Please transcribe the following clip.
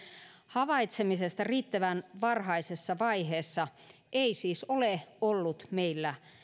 havaitsemisesta riittävän varhaisessa vaiheessa ei siis ole ollut meillä